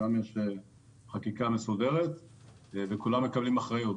שם יש חקיקה מסודרת וכולם מקבלים אחריות.